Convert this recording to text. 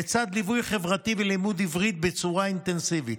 לצד ליווי חברתי ולימוד עברית בצורה אינטנסיבית.